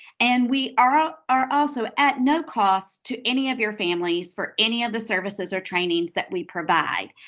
and we are ah are also at no cost to any of your families for any of the services or trainings that we provide.